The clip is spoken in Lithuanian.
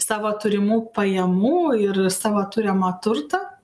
savo turimų pajamų ir savo turimą turtą